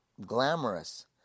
glamorous